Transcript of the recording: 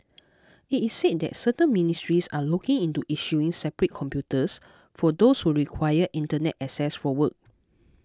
it is said that certain ministries are looking into issuing separate computers for those who require Internet access for work